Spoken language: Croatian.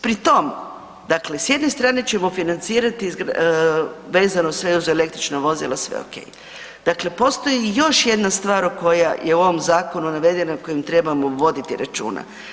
Pri tom, dakle s jedne strane ćemo financirati vezano sve uz električna vozila sve ok, dakle postoji još jedna stvar koja je u ovom zakonu navedena o kojoj trebamo voditi računa.